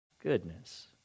goodness